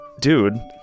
dude